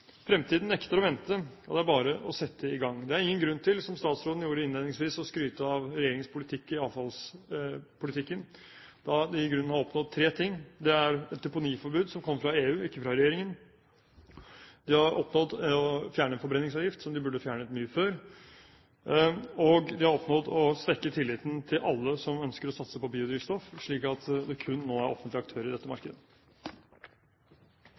Fremtiden nekter å vente. Det er bare å sette i gang. Det er ingen grunn til, som statsråden gjorde innledningsvis, å skryte av regjeringens avfallspolitikk, da de i grunnen har oppnådd tre ting. Det er et deponiforbud som kom fra EU, ikke fra regjeringen. De har oppnådd å fjerne en forbrenningsavgift som de burde ha fjernet mye før, og de har oppnådd å svekke tilliten til alle som ønsker å satse på biodrivstoff, slik at det nå kun er offentlige aktører i dette markedet.